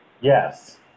Yes